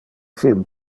film